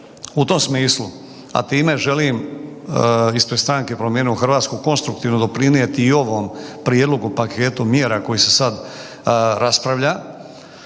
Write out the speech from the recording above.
U tom smislu, a time želim ispred stranke Promijenimo Hrvatsku konstruktivno doprinijeti i ovom prijedlogu paketu mjera koji se sada raspravlja,